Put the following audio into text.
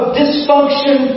dysfunction